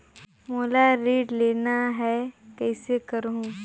मोला ऋण लेना ह, कइसे करहुँ?